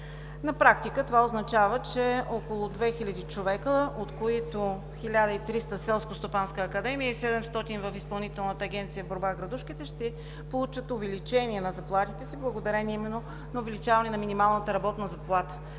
На практика това означава, че около 2000 човека, от които 1300 в Селскостопанската академия и 700 в Изпълнителната агенция „Борба с градушките“ ще получат увеличение на заплатите си благодарение именно на увеличаване на минималната работна заплата.